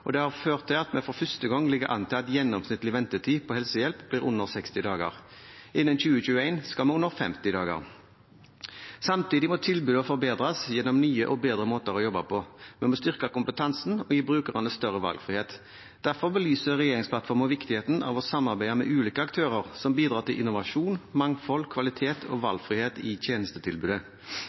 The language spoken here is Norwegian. og det har ført til at det for første gang ligger an til at gjennomsnittlig ventetid på helsehjelp blir under 60 dager. Innen 2021 skal den under 50 dager. Samtidig må tilbudene forbedres gjennom nye og bedre måter å jobbe på. Vi må styrke kompetansen og gi brukerne større valgfrihet. Derfor belyser regjeringsplattformen viktigheten av å samarbeide med ulike aktører, som bidrar til innovasjon, mangfold, kvalitet og valgfrihet i tjenestetilbudet.